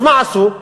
אז מה עשו?